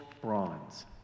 bronze